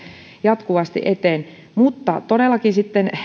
jatkuvasti eteen mutta todellakin sitten